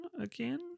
again